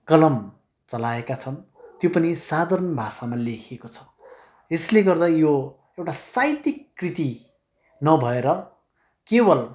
कलम चलाएका छन् त्यो पनि साधारण भाषामा लेखिएको छ यसले गर्दा यो एउटा साहित्यिक कृति नभएर केवल